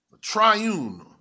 triune